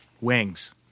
Wings